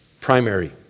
Primary